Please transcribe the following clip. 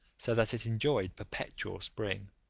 so that it enjoyed perpetual spring.